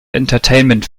entertainment